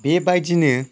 बेबायदिनो